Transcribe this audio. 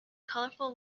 colorful